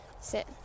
sit